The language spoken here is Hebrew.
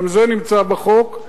גם זה נמצא בחוק,